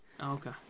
Okay